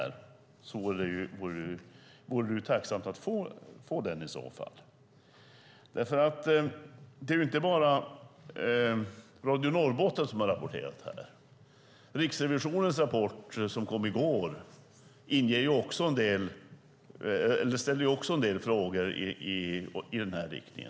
I så fall vore det tacksamt att få den. Det är inte bara radio Norrbotten som har rapporterat om detta. Riksrevisionens rapport som kom i går ställer också en del frågor i denna riktning.